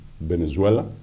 Venezuela